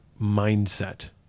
mindset